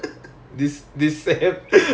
latin